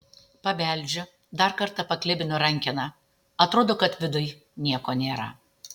pabeldžiu dar kartą paklibinu rankeną atrodo kad viduj nieko nėra